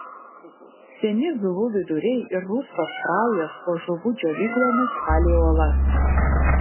seni žuvų viduriai ir rusvas kraujas po žuvų džiovyklomis palei uolas